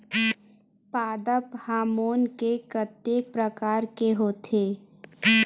पादप हामोन के कतेक प्रकार के होथे?